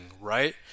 right